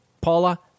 Paula